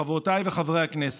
חברותיי וחברי הכנסת,